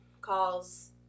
calls